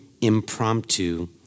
impromptu